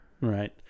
right